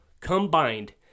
combined